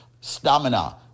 stamina